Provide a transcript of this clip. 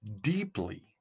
deeply